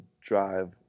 drive